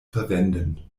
verwenden